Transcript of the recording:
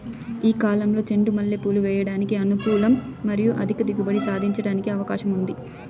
ఏ కాలంలో చెండు మల్లె పూలు వేయడానికి అనుకూలం మరియు అధిక దిగుబడి సాధించడానికి అవకాశం ఉంది?